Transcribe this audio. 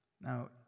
Now